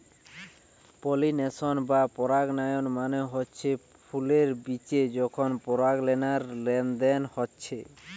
pollination বা পরাগায়ন মানে হচ্ছে ফুলের বিচে যখন পরাগলেনার লেনদেন হচ্ছে